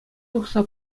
тухса